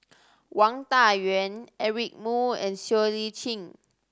Wang Dayuan Eric Moo and Siow Lee Chin